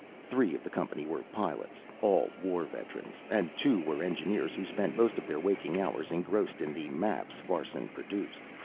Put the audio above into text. three of the company were pilots, all war veterans, and two were engineers who spent most of their waking hours engrossed in the maps farson produced.